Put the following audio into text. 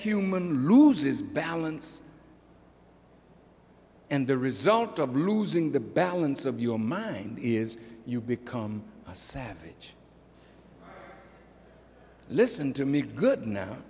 human loses balance and the result of losing the balance of your mind is you become savage listen to me good now